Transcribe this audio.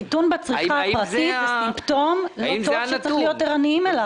קיטון בצריכה הפרטית זה סימפטום לא טוב שצריך להיות ערניים אליו.